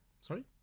Sorry